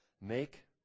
make